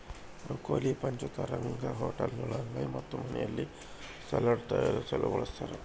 broccoli ಪಂಚತಾರಾ ಹೋಟೆಳ್ಗುಳಾಗ ಮತ್ತು ಮನೆಯಲ್ಲಿ ಸಲಾಡ್ ತಯಾರಿಸಲು ಬಳಸತಾರ